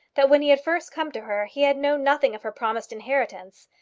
that when he had first come to her he had known nothing of her promised inheritance.